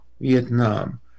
Vietnam